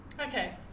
okay